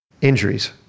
injuries